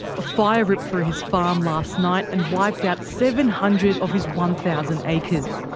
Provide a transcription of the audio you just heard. a fire ripped through his farm last night and wiped out seven hundred of his one thousand acres.